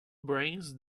brains